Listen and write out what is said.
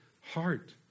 heart